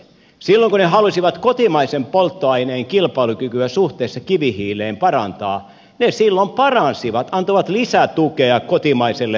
silloin kun ne halusivat kotimaisen polttoaineen kilpailukykyä suhteessa kivihiileen parantaa ne silloin antoivat lisätukea kotimaiselle polttoaineelleen